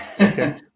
Okay